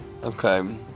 Okay